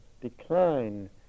decline